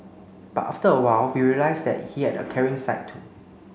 but after a while we realised that he had a caring side too